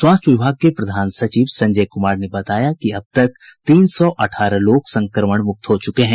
स्वास्थ्य विभाग के प्रधान सचिव संजय कुमार ने बताया कि अब तक तीन सौ अठारह लोग संक्रमण मुक्त हो चुके हैं